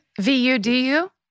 V-U-D-U